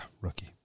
rookie